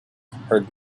heard